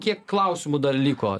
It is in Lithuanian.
kiek klausimų dar liko